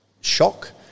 shock